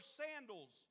sandals